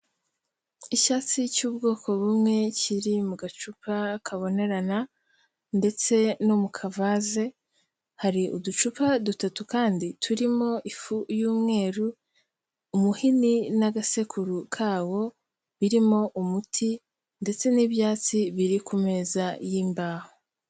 Icyatsi cy'ubwoko bumwe, kiri mu gacupa kabonerana, ndetse no mu kavaze, hari uducupa dutatu kandi turimo ifu y'umweru, umuhini n'agasekuru kawo birimo umuti, ndetse n'ibyatsi biri ku meza y'imbaho.